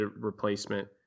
replacement